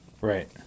Right